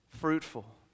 fruitful